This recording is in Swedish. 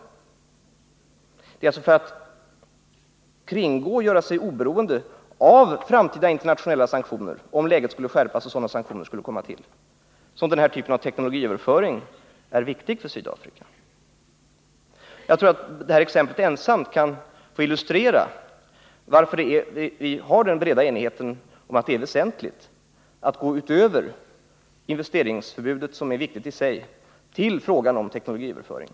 Det är alltså för att man skall kunna kringgå och göra sig oberoende av de framtida internationella sanktioner som skulle kunna bli aktuella om läget skärptes som den här typen av teknologiöverföring är viktig för Sydafrika. Jag tror att det här exemplet ensamt kan illustrera varför vi har den breda enigheten om att det är väsentligt att gå utöver investeringsförbudet, som givetvis är viktigt i sig, till frågan om teknologiöverföringen.